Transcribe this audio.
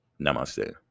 Namaste